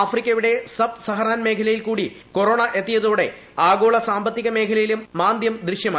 ആഫ്രിക്കയുടെ sub Saharan മേഖലയിൽ കൂടി കൊറോണ എത്തിയതോടെ ആഗോള സാമ്പത്തിക മേഖലയിലും മാന്ദ്യം ദൃശ്യമായി